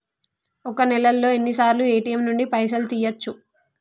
ఒక్క నెలలో ఎన్నిసార్లు ఏ.టి.ఎమ్ నుండి పైసలు తీయచ్చు?